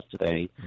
today